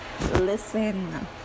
listen